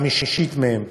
חמישית מהם